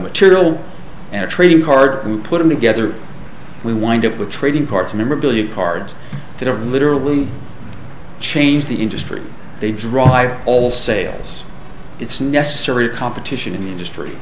material in a trading card and put them together we wind up with trading cards memorabilia cards that are literally changed the industry they drive all sales it's necessary competition in the industry